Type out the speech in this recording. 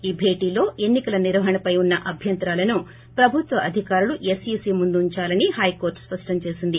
ఈ భేటీలో ఎన్ని కల నిర్వహణపై ఉన్న అభ్యంతరాలను ప్రభుత్వ అధికారులు ఎస్ఈసీ ముందుంచాలని ఈ రోజు హైకోర్లు స్పష్లం చేసింది